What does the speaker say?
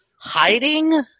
hiding